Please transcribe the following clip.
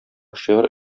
шигырь